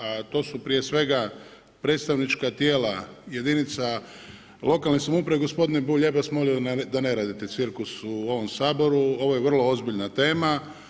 A to su prije svega predstavnička tijela jedinice lokalne samouprave, gospodin Bulj, ja bi vas molio da ne radite cirkus u ovom Saboru, ovo je vrlo ozbiljna tema.